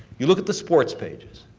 you look at the sports pages.